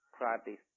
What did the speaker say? practice